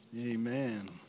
Amen